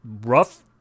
rough